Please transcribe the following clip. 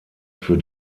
für